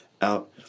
out